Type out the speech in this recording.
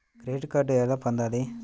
Credit card ఎలా పొందాలి?